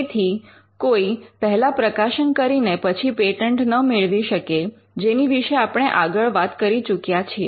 તેથી કોઈ પહેલા પ્રકાશન કરીને પછી પેટન્ટ ન મેળવી શકે જેની વિશે આપણે આગળ વાત કરી ચૂક્યા છીએ